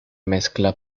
mezcla